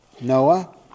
Noah